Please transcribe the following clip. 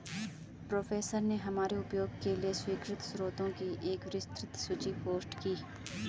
professor ने हमारे उपयोग के लिए स्वीकृत स्रोतों की एक विस्तृत सूची पोस्ट की